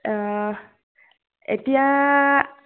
এতিয়া